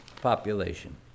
population